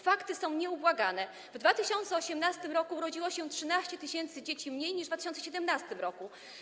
Fakty są nieubłagane: w 2018 r. urodziło się 13 tys. dzieci mniej niż w 2017 r.